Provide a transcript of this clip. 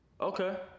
okay